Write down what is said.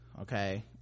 okay